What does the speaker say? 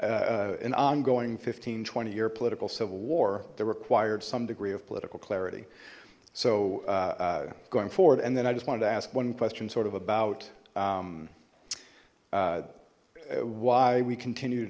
an ongoing fifteen twenty year political civil war that required some degree of political clarity so going forward and then i just wanted to ask one question sort of about why we continue to